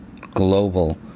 global